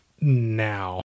now